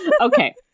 Okay